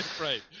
Right